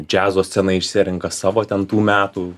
džiazo scena išsirenka savo ten tų metų